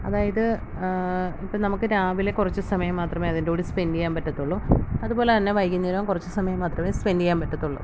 അതായത് ഇപ്പം നമുക്ക് രാവിലെ കുറച്ചു സമയം മാത്രമേ അതിൻ്റെ കൂടി സ്പെൻഡ് ചെയ്യാൻ പറ്റത്തുള്ളു അതുപോലെ തന്നെ വൈകുന്നേരവും കുറച്ച് സമയം മാത്രമേ സ്പെൻഡ് ചെയ്യാൻ പറ്റത്തുള്ളു